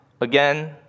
again